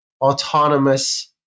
autonomous